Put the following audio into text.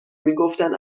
میگفتند